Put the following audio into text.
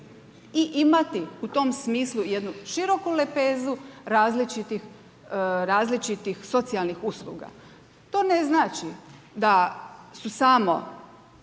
i imati u tom smislu jednu široku lepezu različitih socijalnih usluga. To ne znači da su samo